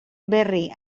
berri